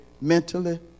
mentally